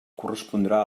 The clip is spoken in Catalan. correspondrà